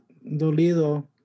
dolido